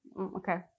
Okay